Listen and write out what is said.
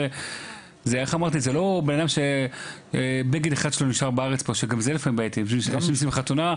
זה לא בן אדם שהבגד שלו נשאר בארץ - זה עוד מילא.